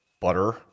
butter